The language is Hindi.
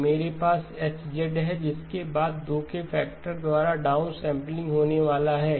तो मेरे पास H है जिसके बाद 2 के फैक्टर द्वारा डाउनसैंपलिंग होने वाला है